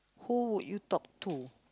who would you talk to